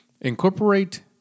Incorporate